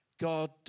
God